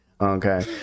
okay